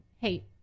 hey